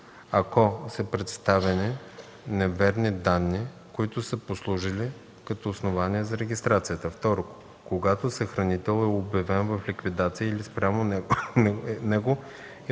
ако са представени неверни данни, които са послужили като основание за регистрацията; 2. когато съхранител е обявен в ликвидация или спрямо него